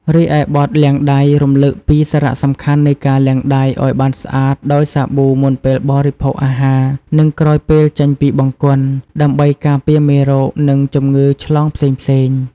រីឯបទ "លាងដៃ" រំលឹកពីសារៈសំខាន់នៃការលាងដៃឲ្យបានស្អាតដោយសាប៊ូ មុនពេលបរិភោគអាហារ និងក្រោយពេលចេញពីបង្គន់ ដើម្បីការពារមេរោគ និងជំងឺឆ្លងផ្សេងៗ។